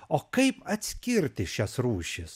o kaip atskirti šias rūšis